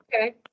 Okay